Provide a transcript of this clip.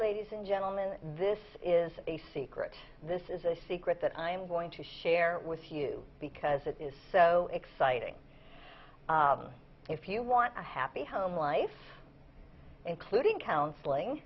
ladies and gentlemen this is a secret this is a secret that i am going to share with you because it is so exciting if you want a happy home life including counseling